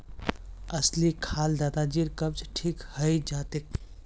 अलसी खा ल दादाजीर कब्ज ठीक हइ जा तेक